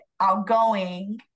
outgoing